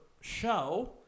show